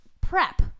prep